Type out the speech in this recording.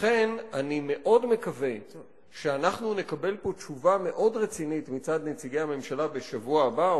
לכן אני מצפה שנקבל פה תשובה רצינית מצד נציגי הממשלה בשבוע הבא,